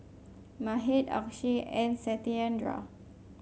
Mahade Akshay and Satyendra